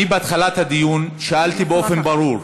בהתחלת הדיון אני שאלתי, באופן ברור,